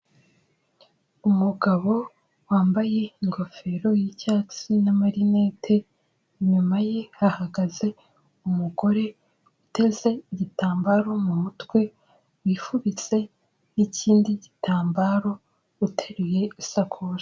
Umugabo wambaye ingofero y'icyatsi n'amarinete, inyuma ye hahagaze umugore uteze igitambaro mu mutwe, wifubitse n'ikindi gitambaro uteruye isakoshi.